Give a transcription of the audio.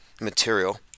material